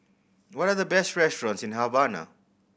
what are the best restaurants in Havana